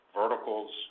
verticals